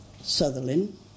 Sutherland